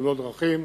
בתאונות דרכים.